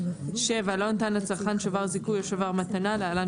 7.לא נתן לצרכן שובר זיכוי או שובר מתנה (להלן,